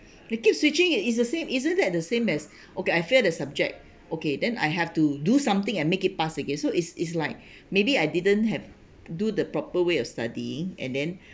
they keep switching it it's the same isn't that the same as okay I fail the subject okay then I have to do something and make it pass again so it's it's like maybe I didn't have do the proper way of studying and then